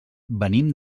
venim